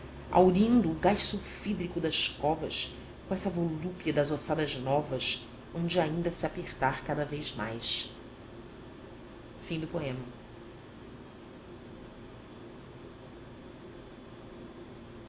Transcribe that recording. o gás sulfídrico das covas com essa volúpia das ossadas novas hão de ainda se apertar cada vez mais pode o homem